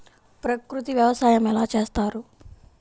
ప్రకృతి వ్యవసాయం ఎలా చేస్తారు?